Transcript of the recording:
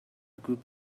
group